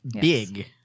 big